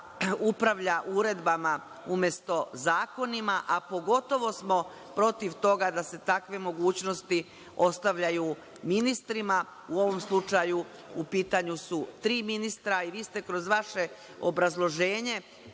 upravlja uredbama umesto zakonima, a pogotovo smo protiv toga da se takve mogućnosti ostavljaju ministrima, u ovom slučaju u pitanju su tri ministra. Vi ste kroz vaše obrazloženje